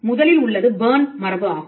முதலில் உள்ளது பெர்ன் மரபு ஆகும்